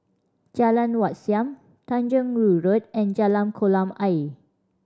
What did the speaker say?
Jalan Wat Siam Tanjong Rhu Road and Jalan Kolam Ayer